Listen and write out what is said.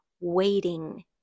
waiting